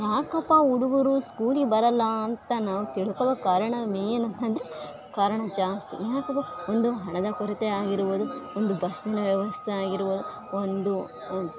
ಯಾಕಪ್ಪ ಹುಡುಗರು ಸ್ಕೂಲಿಗೆ ಬರಲ್ಲ ಅಂತ ನಾವು ತಿಳ್ಕಳೋಕೆ ಕಾರಣ ಮೇಯ್ನ್ ಅಂತಂದರೆ ಕಾರಣ ಜಾಸ್ತಿ ಯಾಕಪ್ಪ ಒಂದು ಹಣದ ಕೊರತೆ ಆಗಿರ್ಬೋದು ಒಂದು ಬಸ್ಸಿನ ವ್ಯವಸ್ಥೆ ಆಗಿರ್ಬೋದು ಒಂದು